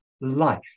life